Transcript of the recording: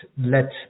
let